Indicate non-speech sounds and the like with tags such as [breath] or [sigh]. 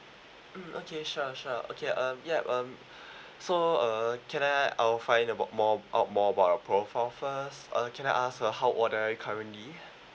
mm okay sure sure okay uh ya um [breath] so uh can I I'll find about more about more about your profile first uh can I ask uh how old are you currently